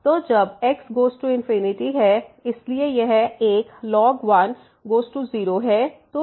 तो जब x goes to है इसलिए यह 1 ln 1 गोज़ टू 0 है